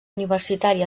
universitari